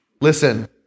Listen